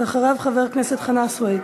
אחריו, חבר הכנסת חנא סוייד.